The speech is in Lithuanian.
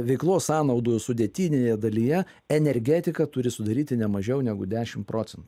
veiklos sąnaudų sudėtinėje dalyje energetika turi sudaryti ne mažiau negu dešim procentų